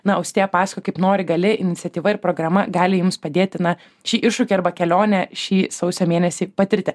na austėja pasakoja kaip nori gali iniciatyva ir programa gali jums padėti na šį iššūkį arba kelionę šį sausio mėnesį patirti